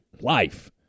life